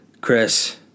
Chris